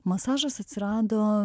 masažas atsirado